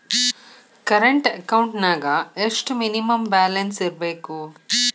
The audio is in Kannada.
ಕರೆಂಟ್ ಅಕೌಂಟೆಂನ್ಯಾಗ ಎಷ್ಟ ಮಿನಿಮಮ್ ಬ್ಯಾಲೆನ್ಸ್ ಇರ್ಬೇಕು?